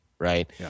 Right